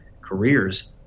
careers